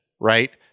right